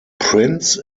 prince